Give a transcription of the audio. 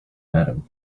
adam